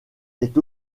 est